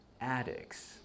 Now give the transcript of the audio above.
addicts